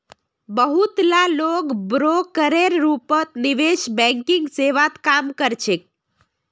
बहुत ला लोग ब्रोकरेर रूपत निवेश बैंकिंग सेवात काम कर छेक